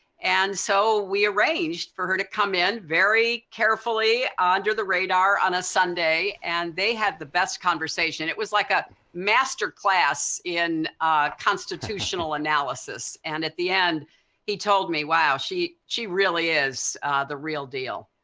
and so we arranged for her to come in very carefully ah under the radar on a sunday, and they had the best conversation. it was like a master class in constitutional analysis, and at the end he told me, wow. she she really is the real deal.